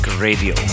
Radio